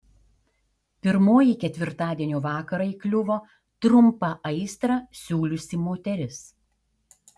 pirmoji ketvirtadienio vakarą įkliuvo trumpą aistrą siūliusi moteris